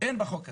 אין בחוק הזה: